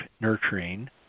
nurturing